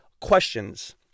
questions